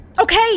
Okay